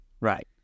Right